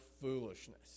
foolishness